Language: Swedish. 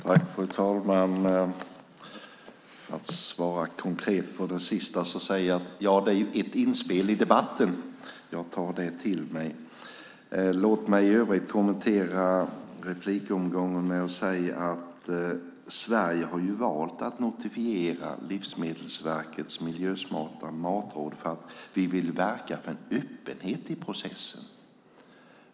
Fru talman! För att svara konkret på den sista frågan säger jag: Det är ett inspel i debatten. Jag tar det till mig. Låt mig i övrigt kommentera replikomgången med att säga att Sverige har valt att notifiera Livsmedelsverkets miljösmarta matråd för att vi vill verka för en öppenhet i processen.